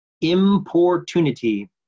Importunity